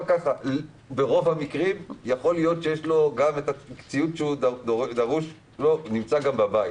ברוב המקרים רוב הציוד הדרוש לו נמצא גם בביתו,